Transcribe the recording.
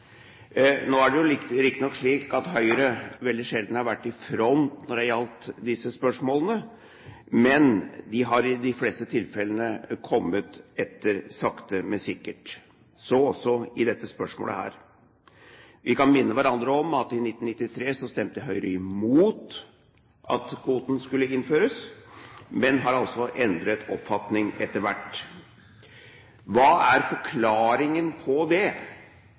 Nå er det riktignok slik at Høyre veldig sjelden har vært i front når det gjelder disse spørsmålene, men har i de fleste tilfellene kommet etter, sakte, men sikkert. Så også i dette spørsmålet. Vi kan minne hverandre om at i 1993 stemte Høyre imot at kvoten skulle innføres, men har altså endret oppfatning etter hvert. Hva er forklaringen på det?